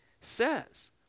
says